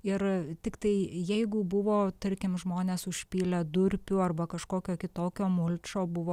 ir tiktai jeigu buvo tarkim žmonės užpylę durpių arba kažkokio kitokio mulčio buvo